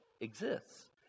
exists